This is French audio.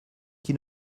qui